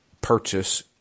purchase